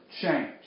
change